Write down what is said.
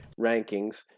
rankings